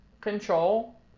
Control